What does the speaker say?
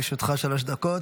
בבקשה, לרשותך שלוש דקות.